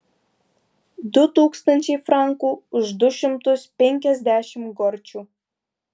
du tūkstančiai frankų už du šimtus penkiasdešimt gorčių